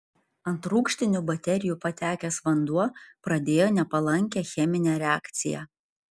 ant rūgštinių baterijų patekęs vanduo pradėjo nepalankę cheminę reakciją